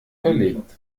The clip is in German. verlegt